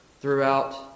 Throughout